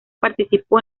participó